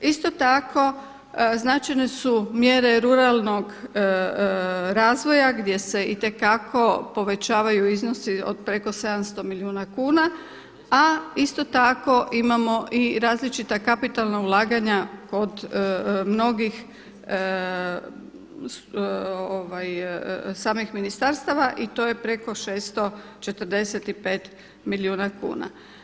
Isto tako značajne su mjere ruralnog razvoja gdje se itekako povećavaju iznosi od preko 700 milijuna kuna a isto tako imamo i različita kapitalna ulaganja kod mnogih ministarstava i to je preko 645 milijuna kuna.